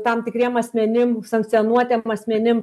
tam tikriem asmenim sankcionuotiem asmenim